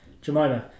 Jemima